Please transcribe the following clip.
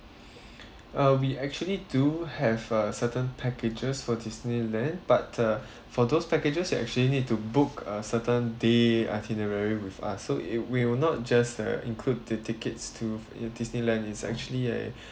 uh we actually do have a certain packages for Disneyland but uh for those packages you actually need to book a certain day itinerary with us so it'll we will not just uh include the tickets to Disneyland is actually a